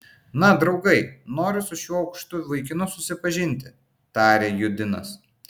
na draugai noriu su šiuo aukštu vaikinu susipažinti tarė judinas